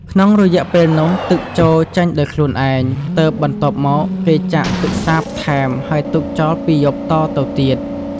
ក្នុងរយៈពេលនោះទឹកជោរចេញដោយខ្លួនឯង ទើបបន្ទាប់មកគេចាក់ទឹកសាបថែមហើយទុកចោល២យប់តទៅទៀត។